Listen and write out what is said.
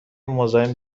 مزاحم